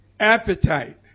Appetite